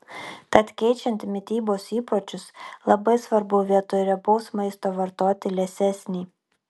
tad keičiant mitybos įpročius labai svarbu vietoj riebaus maisto vartoti liesesnį